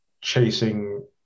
chasing